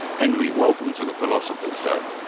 henry, welcome to the philosopher's zone.